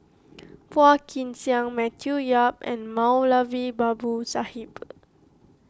Phua Kin Siang Matthew Yap and Moulavi Babu Sahib